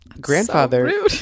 grandfather